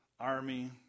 army